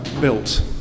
built